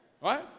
Right